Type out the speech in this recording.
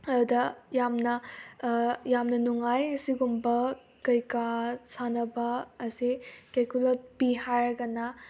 ꯑꯗꯨꯗ ꯌꯥꯝꯅ ꯌꯥꯝꯅ ꯅꯨꯡꯉꯥꯏ ꯑꯁꯤꯒꯨꯝꯕ ꯀꯩꯀꯥ ꯁꯥꯟꯅꯕ ꯑꯁꯦ ꯀꯦꯀꯨ ꯂꯣꯠꯄꯤ ꯍꯥꯏꯔꯒꯅ